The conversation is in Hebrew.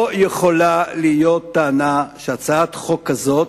אני אומר שלא יכולה להיות טענה שהצעת חוק כזאת,